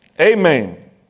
Amen